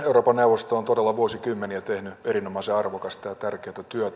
euroopan neuvosto on todella vuosikymmeniä tehnyt erinomaisen arvokasta ja tärkeätä työtä